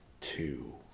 two